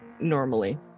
normally